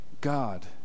God